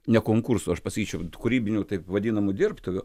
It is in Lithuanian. ne konkurso aš pasakyčiau kūrybinių taip vadinamų dirbtuvių